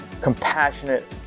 compassionate